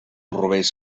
rovells